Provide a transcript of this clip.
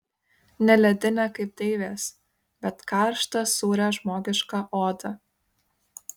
ne ledinę kaip deivės bet karštą sūrią žmogišką odą